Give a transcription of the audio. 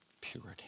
purity